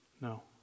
No